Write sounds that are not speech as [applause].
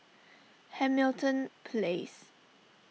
[noise] Hamilton Place